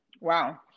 Wow